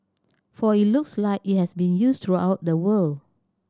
for it looks like it has been used throughout the world